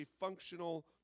functional